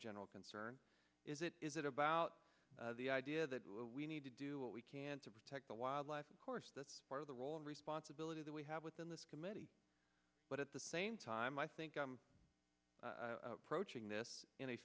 general concern is it is it about the idea that we need to do what we can to protect the wildlife of course that's part of the role and responsibility that we have within this committee but at the same time i think i'm approaching this in a